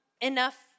enough